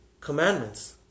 commandments